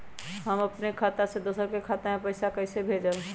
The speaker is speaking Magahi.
हम अपने खाता से दोसर के खाता में पैसा कइसे भेजबै?